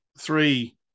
three